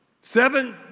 Seven